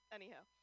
anyhow